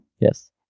Yes